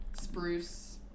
Spruce